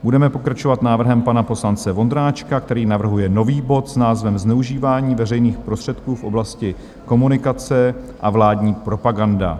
Budeme pokračovat návrhem pana poslance Vondráčka, který navrhuje nový bod s názvem Zneužívání veřejných prostředků v oblasti komunikace a vládní propaganda.